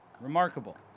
Remarkable